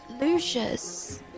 Lucius